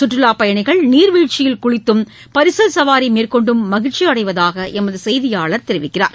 கற்றுலாப்பயணிகள் நீர்வீழ்ச்சியில் குளித்தும் பரிசல் சவாரி மேற்கொண்டும் மகிழ்ச்சியடைவதாக எமது செய்தியாளர் தெரிவிக்கிறார்